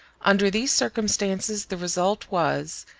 under these circumstances the result was,